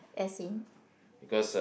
as in